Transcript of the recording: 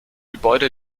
gebäude